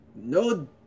No